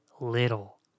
little